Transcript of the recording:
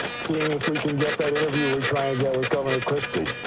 seeing if we can get that interview we're trying to get with governor christie.